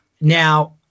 now